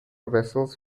vessels